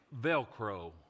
Velcro